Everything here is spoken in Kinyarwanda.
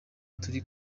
kuri